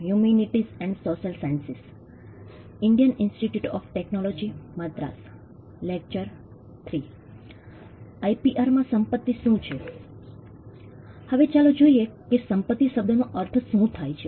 હવે ચાલો જોઈએ કે સંપતિ શબ્દનો અર્થ શુ થાય છે